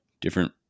different